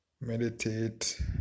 Meditate